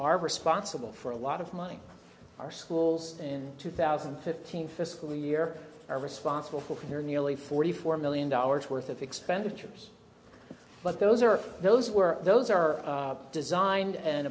are responsible for a lot of money our schools in two thousand and fifteen fiscal year are responsible for here nearly forty four million dollars worth of expenditures but those are those were those are designed and